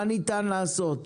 מה ניתן לעשות?